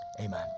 Amen